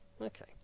okay